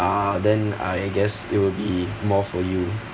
uh then I guess it will be more for you